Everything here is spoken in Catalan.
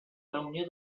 reunió